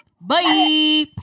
Bye